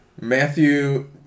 Matthew